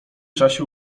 czasie